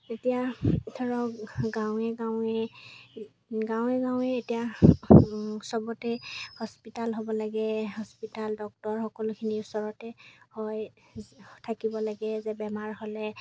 এতিয়া ধৰক গাঁৱে গাঁৱে গাঁৱে গাঁৱে এতিয়া চবতে হস্পিটেল হ'ব লাগে হস্পিটেল ডক্তৰ সকলোখিনিৰ ওচৰতে হয় থাকিব লাগে যে বেমাৰ হ'লে